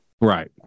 Right